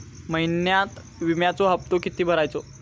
महिन्यात विम्याचो हप्तो किती भरायचो?